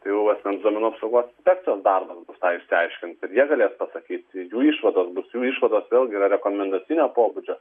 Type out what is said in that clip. tai jau asmens duomenų apsaugos inspekcijos darbas bus tą išsiaiškinti ir jie galės pasakyti jų išvados bus jų išvados vėlgi yra rekomendacinio pobūdžio